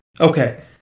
Okay